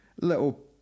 little